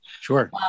Sure